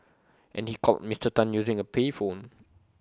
and he called Mister Tan using A payphone